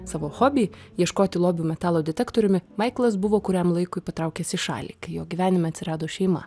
savo hobį ieškoti lobių metalo detektoriumi maiklas buvo kuriam laikui patraukęs į šalį kai jo gyvenime atsirado šeima